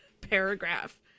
paragraph